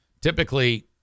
Typically